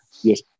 yes